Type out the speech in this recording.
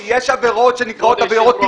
יש לו את התשלום,